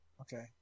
Okay